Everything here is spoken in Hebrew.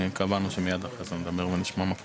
בוקר טוב לכולם.